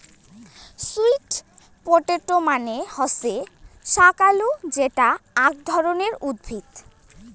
sweet potato মানে হসে শাকালু যেটা আক ধরণের উদ্ভিদ